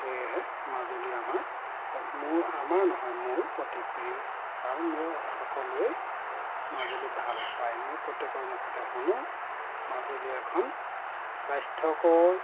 সেয়েহে মাজুলী আমাৰ মোৰ আমাৰ নহয় মোৰ অতি প্ৰিয় আৰু মোৰ সকলোৱেই মাজুলী ভাল পায় মোৰ প্ৰত্যেকৰ মুখতে শুনোঁ মাজুলী এখন স্বাস্থ্যকৰ